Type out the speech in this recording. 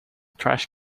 trash